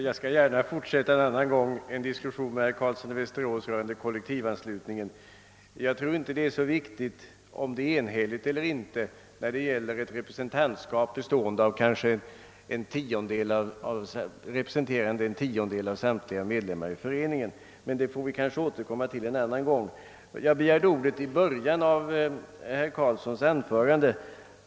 Herr talman! En annan gång skall jag gärna fortsätta en diskussion med herr Carlsson i Västerås rörande kollektivanslutningen. Jag tror dock inte att det är så viktigt om beslutet är enhälligt eller inte när det gäller ett representantskap kanske representerande en tiondel av samtliga medlemmar i föreningen. Men det får vi återkomma till en annan gång. Jag begärde ordet i början av herr Carlssons anförande.